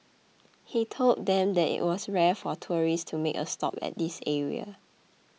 he told them that it was rare for tourist to make a stop at this area